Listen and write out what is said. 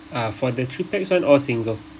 uh for the three pax one all single